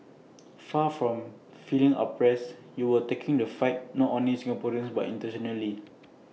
far from feeling oppressed you were taking the fight not only Singaporeans but